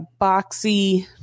boxy